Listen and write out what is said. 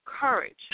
courage